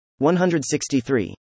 163